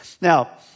Now